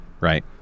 Right